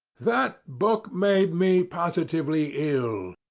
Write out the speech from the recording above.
that book made me positively ill.